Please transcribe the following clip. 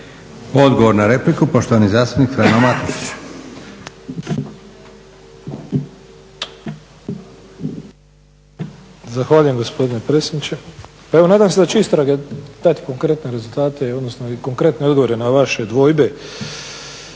Odgovor na repliku, poštovani zastupnik Frano Matušić.